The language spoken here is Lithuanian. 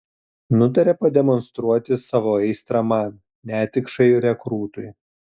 nutarė pademonstruoti savo aistrą man netikšai rekrūtui